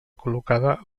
col·locada